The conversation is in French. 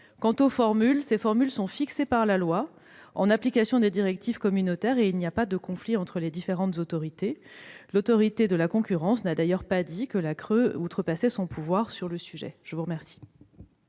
tôt, le 1 juin. Les formules sont fixées par la loi, en application des directives communautaires. Il n'existe aucun conflit entre les différentes autorités. L'Autorité de la concurrence n'a d'ailleurs pas dit que la CRE outrepassait son pouvoir sur le sujet. La parole